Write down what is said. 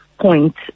point